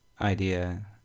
idea